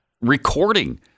recording